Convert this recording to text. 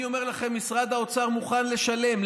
אני אומר לכם, משרד האוצר מוכן לשלם.